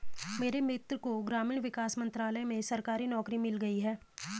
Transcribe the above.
मेरे मित्र को ग्रामीण विकास मंत्रालय में सरकारी नौकरी मिल गई